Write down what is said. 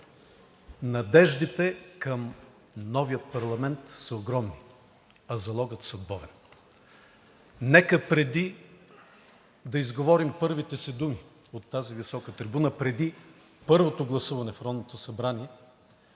Надеждите към новия парламент са огромни, а залогът – съдбовен. Нека преди да изговорим първите си думи от тази висока трибуна, преди първото гласуване в Народното събрание